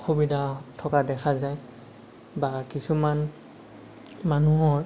অসুবিধা থকা দেখা যায় বা কিছুমান মানুহৰ